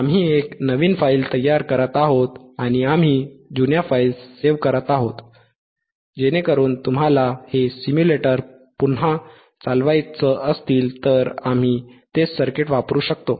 आम्ही एक नवीन फाइल तयार करत आहोत आणि आम्ही जुन्या फाइल्स सेव्ह करत आहोत जेणेकरून तुम्हाला हे सिम्युलेटर पुन्हा चालवायचे असतील तर आम्ही तेच सर्किट वापरू शकतो